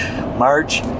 March